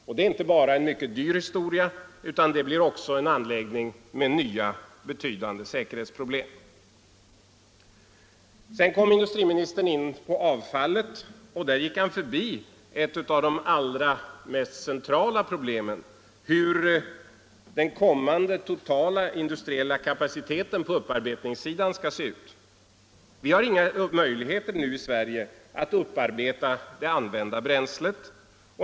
Det blir inte bara en mycket dyr anläggning utan det blir också en anläggning med nya betydande säkerhetsproblem. Sedan kom industriministern in på frågan om avfallet. Där gick han förbi ett av de allra mest centrala problemen: hur den kommande totala industriella kapaciteten på upparbetningssidan skall se ut. Vi har inga möjligheter nu i Sverige att upparbeta det använda bränslet.